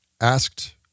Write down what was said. asked